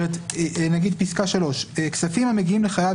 נגיד פסקה (3) - כספים המגיעים לחייב